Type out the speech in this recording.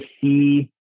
see